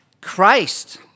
Christ